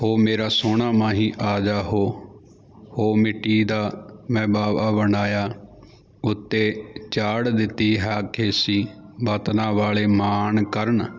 ਉਹ ਮੇਰਾ ਸੋਹਣਾ ਮਾਹੀ ਆ ਜਾ ਹੋ ਉਹ ਮਿੱਟੀ ਦਾ ਮੈਂ ਬਾਵਾ ਬਣਾਇਆ ਉੱਤੇ ਚਾੜ੍ਹ ਦਿੱਤੀ ਆ ਖੇਸੀ ਵਤਨਾ ਵਾਲੇ ਮਾਣ ਕਰਨ